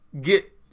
get